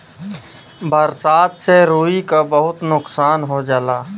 बरसात से रुई क बहुत नुकसान हो जाला